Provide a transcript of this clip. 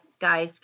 guys